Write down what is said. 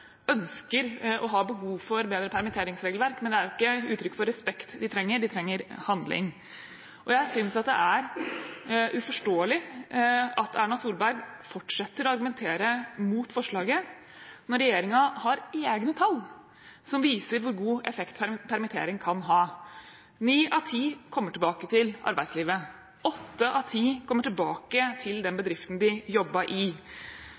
ønsker og har behov for bedre permitteringsregelverk, men det er jo ikke uttrykk for respekt de trenger. De trenger handling. Jeg synes det er uforståelig at Erna Solberg fortsetter å argumentere mot forslaget når regjeringen har egne tall som viser hvor god effekt permittering kan ha. Ni av ti kommer tilbake til arbeidslivet. Åtte av ti kommer tilbake til den bedriften de jobbet i.